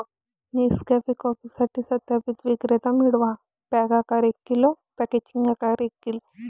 Nescafe कॉफीसाठी सत्यापित विक्रेते मिळवा, पॅक आकार एक किलो, पॅकेजिंग आकार एक किलो